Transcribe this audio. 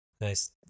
Nice